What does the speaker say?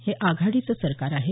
हे आघाडीचं सरकार आहे